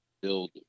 build